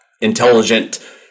intelligent